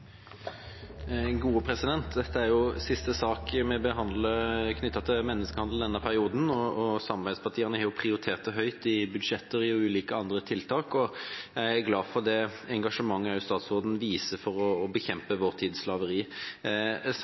siste saken vi behandler knyttet til menneskehandel i denne perioden, og samarbeidspartiene har prioritert den høyt i budsjetter og ulike andre tiltak. Jeg er glad for engasjementet statsråden viser for å bekjempe vår